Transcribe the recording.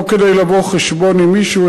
לא כדי לבוא חשבון עם מישהו,